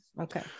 okay